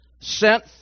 sent